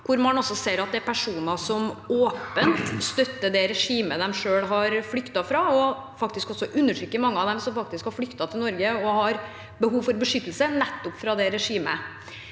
hvor man ser at personer åpent støtter det regimet de selv har flyktet fra, og faktisk også undertrykker mange av dem som har flyktet til Norge og har behov for beskyttelse fra nettopp det regimet.